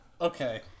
Okay